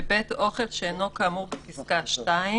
(1) בבית אוכל, שאינו כאמור בפסקה (2)